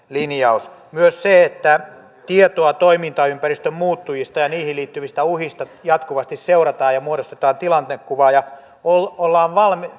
linjaus myös se että tietoa toimintaympäristön muuttujista ja niihin liittyvistä uhista jatkuvasti seurataan ja muodostetaan tilannekuva ja ollaan